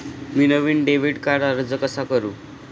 मी नवीन डेबिट कार्डसाठी अर्ज कसा करू?